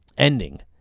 ending